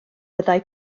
byddai